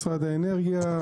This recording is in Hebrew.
משרד האנרגיה,